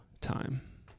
time